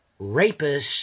rapists